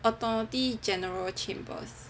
attorney general chamber